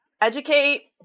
Educate